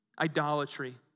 idolatry